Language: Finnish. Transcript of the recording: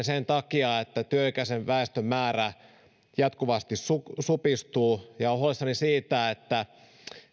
sen takia että työikäisen väestön määrä jatkuvasti supistuu ja olen huolissani siitä että